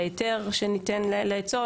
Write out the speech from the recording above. בהיתר שניתן לאצול,